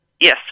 Yes